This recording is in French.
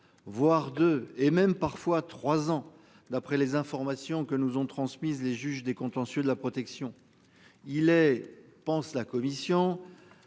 voire deux et même parfois trois ans d'après les informations que nous ont transmises les juge des contentieux de la protection. Il est pense la Commission.